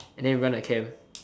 and then run the camp